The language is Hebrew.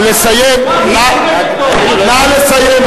נא לסיים.